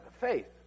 faith